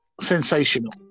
sensational